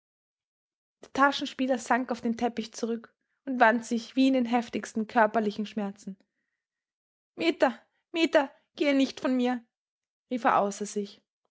der taschenspieler sank auf den teppich zurück und wand sich wie in den heftigsten körperlichen schmerzen meta meta gehe nicht von mir rief er außer sich